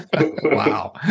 Wow